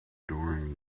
during